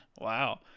Wow